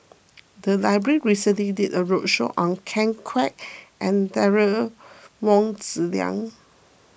the library recently did a roadshow on Ken Kwek and Derek Wong Zi Liang